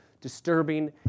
disturbing